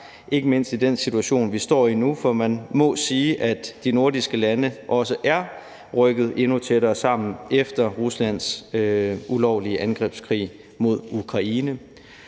ikke mindst i den situation, vi står i nu, for man må sige, at de nordiske lande også er rykket endnu tættere sammen efter Ruslands ulovlige angrebskrig mod Ukraine.